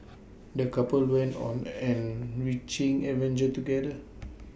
the couple went on enriching adventure together